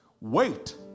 Wait